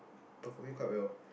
performing quite well